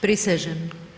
Prisežem.